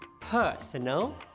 Personal